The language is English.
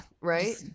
Right